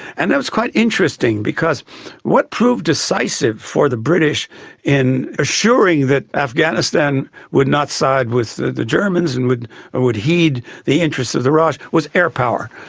and that was quite interesting because what proved decisive for the british in assuring that afghanistan would not side with the the germans and would ah would heed the interests of the raj with air power,